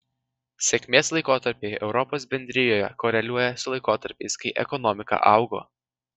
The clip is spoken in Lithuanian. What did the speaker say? sėkmės laikotarpiai europos bendrijoje koreliuoja su laikotarpiais kai ekonomika augo